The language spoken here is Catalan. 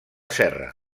serra